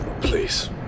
Please